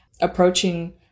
approaching